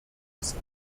ist